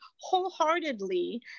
wholeheartedly